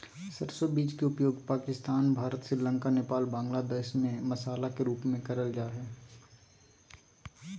सरसो बीज के उपयोग पाकिस्तान, भारत, श्रीलंका, नेपाल, बांग्लादेश में मसाला के रूप में करल जा हई